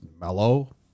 mellow